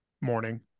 morning